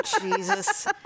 Jesus